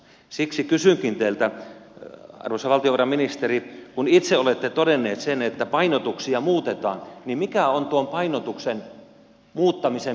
siksi kysynkin teiltä arvoisa valtiovarainministeri kun itse olette todennut sen että painotuksia muutetaan niin mikä on tuon painotuksen muuttamisen mitta